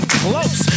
close